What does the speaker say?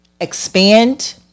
expand